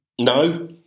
No